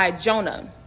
Jonah